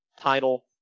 title